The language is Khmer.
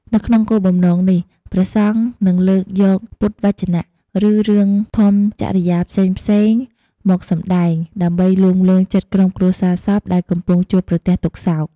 នៅក្នុងគោលបំណងនេះ ព្រះសង្ឃនឹងលើកយកពុទ្ធវចនៈ ឬរឿងធម្មចរិយាផ្សេងៗមកសំដែង ដើម្បីលួងលោមចិត្តក្រុមគ្រួសារសពដែលកំពុងជួបប្រទះទុក្ខសោក។